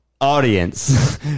audience